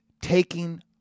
taking